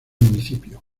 municipio